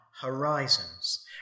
horizons